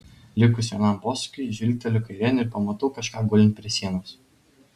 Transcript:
likus vienam posūkiui žvilgteliu kairėn ir pamatau kažką gulint prie sienos